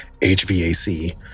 HVAC